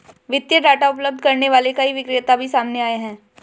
वित्तीय डाटा उपलब्ध करने वाले कई विक्रेता भी सामने आए हैं